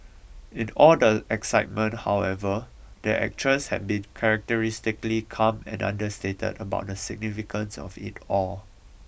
in all the excitement however the actress has been characteristically calm and understated about the significance of it all